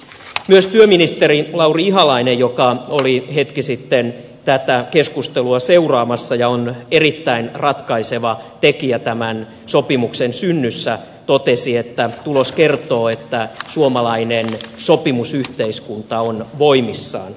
myös työministeri lauri ihalainen joka oli hetki sitten tätä keskustelua seuraamassa ja on erittäin ratkaiseva tekijä tämän sopimuksen synnyssä totesi että tulos kertoo että suomalainen sopimusyhteiskunta on voimissaan